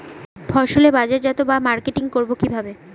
ফসলের বাজারজাত বা মার্কেটিং করব কিভাবে?